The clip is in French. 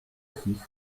six